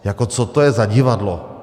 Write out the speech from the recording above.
Jako co to je za divadlo?